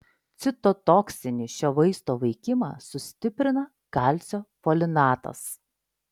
citotoksinį šio vaisto veikimą sustiprina kalcio folinatas